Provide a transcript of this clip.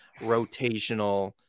rotational